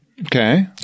Okay